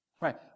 right